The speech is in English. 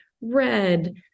red